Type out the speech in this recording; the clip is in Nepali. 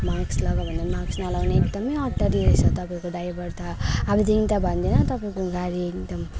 मास्क लगाऊ भन्दा पनि मास्क न लगाउने एकदम अटेरी रहेछ तपाईँको ड्राइभर त अबदेखि त भन्दैन तपाईँको गाडी एकदम